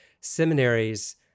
Seminaries